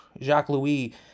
Jacques-Louis